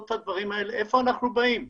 את הדברים האלה איפה אנחנו באים?